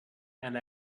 and